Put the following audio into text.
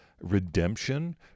redemption